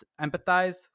empathize